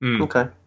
Okay